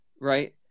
right